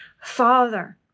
Father